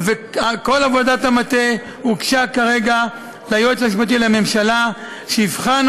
הוא מבין יותר, למה שתקת עד היום?